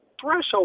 threshold